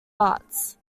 arts